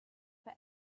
for